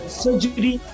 surgery